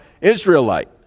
Israelite